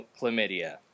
chlamydia